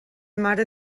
mare